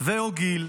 ו/או גיל.